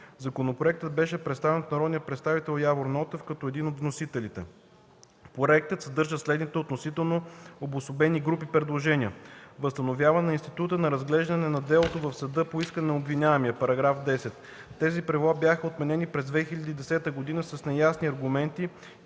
Законопроектът беше представен от народния представител Явор Нотев, като един от вносителите. Проектът съдържа следните относително обособени групи предложения: - възстановяване на института на разглеждане на делото в съда по искане на обвиняемия (§ 10). Тези правила бяха отменени през 2010 г. с неясни аргументи и така отново